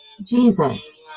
jesus